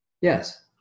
Yes